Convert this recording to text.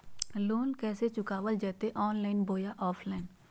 Loan कैसे चुकाबल जयते ऑनलाइन बोया ऑफलाइन?